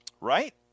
right